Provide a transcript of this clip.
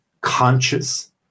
conscious